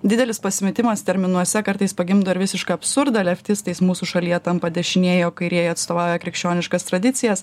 didelis pasimetimas terminuose kartais pagimdo ir visišką absurdą leftistais mūsų šalyje tampa dešinieji o kairieji atstovauja krikščioniškas tradicijas